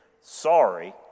sorry